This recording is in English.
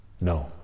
No